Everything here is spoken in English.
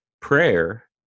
prayer